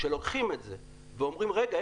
כשלוקחים את זה ואומרים רגע,